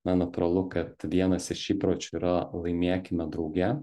na natūralu kad vienas iš įpročių yra laimėkime drauge